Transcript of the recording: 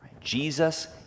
Jesus